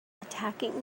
attacking